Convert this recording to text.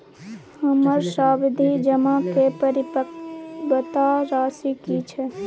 हमर सावधि जमा के परिपक्वता राशि की छै?